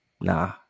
Nah